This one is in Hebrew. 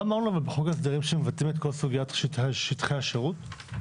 לא אמרנו בחוק ההסדרים שמבטלים את כל סוגיית שטחי השירות?